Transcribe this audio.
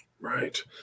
right